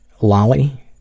Lolly